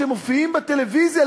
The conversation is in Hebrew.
כשמופיעים בטלוויזיה,